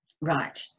right